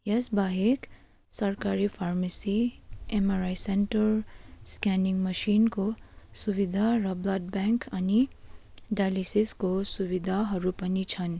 यसबाहेक सरकारी pharmacy MRI centre scanning मसिनको सुविधा र बल्ड ब्याङ्क अनि डाइलेसिसको सुविधाहरू पनि छन्